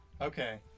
okay